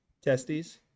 Testes